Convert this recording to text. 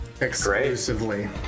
exclusively